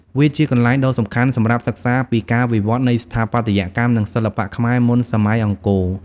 វាជាកន្លែងដ៏សំខាន់សម្រាប់សិក្សាពីការវិវឌ្ឍនៃស្ថាបត្យកម្ម និងសិល្បៈខ្មែរមុនសម័យអង្គរ។